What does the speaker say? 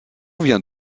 vient